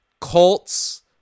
Colts